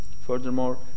Furthermore